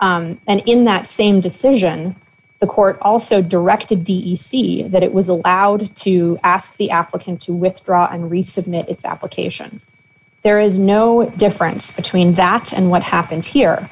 and in that same decision the court also directed d e c that it was allowed to ask the applicant to withdraw an resubmit its application there is no difference between that and what happened here